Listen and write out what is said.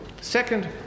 Second